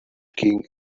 king